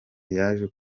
yaje